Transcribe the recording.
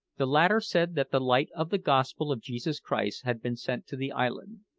the latter said that the light of the gospel of jesus christ had been sent to the island,